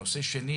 נושא שני,